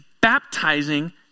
baptizing